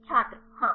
छात्र हाँ